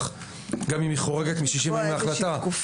גם אם היא חורגת מ-60 ימים להחלטה,